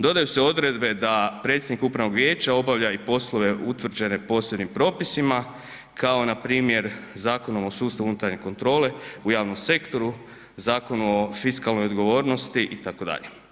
Dodaju se odredbe da predsjednik upravnog vijeća obavlja i poslove utvrđene posebnim propisima kao npr. Zakonom o sustavu unutarnje kontrole u javnom sektoru, Zakon o fiskalnoj odgovornosti itd.